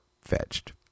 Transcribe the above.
fetched